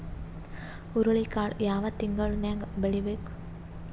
ಹುರುಳಿಕಾಳು ಯಾವ ತಿಂಗಳು ನ್ಯಾಗ್ ಬೆಳಿಬೇಕು?